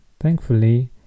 Thankfully